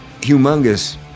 humongous